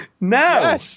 No